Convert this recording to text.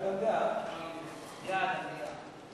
ההצעה לכלול את